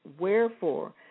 Wherefore